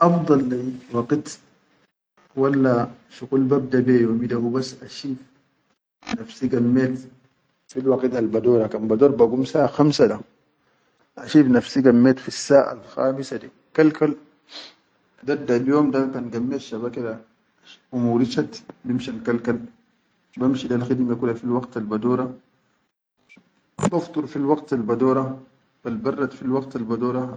Afdal leyi waqit walla shuqul babda yomi dabas a shif nafsi gammet fi waqit al badora. Kan bador ba gum sa khamsa da, a shif nafsil gammet fissaʼal khamisa di kal-kal dadda yom da kan gammet shaba keda, ummuri chat bin shal kal-kal bamshi lel khidime fi waqtal badora, bafdur kula fi waqtal badora, balbarrat fi waqtal badora.